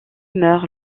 meurt